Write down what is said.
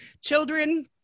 children